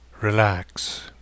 relax